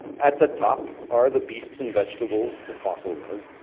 at the top are the beasts and vegetables, the fossils of,